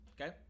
okay